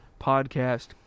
podcast